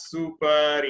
Super